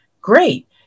Great